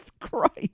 Christ